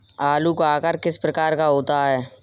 आलू का आकार किस प्रकार का होता है?